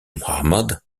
muhammad